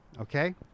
Okay